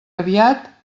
aviat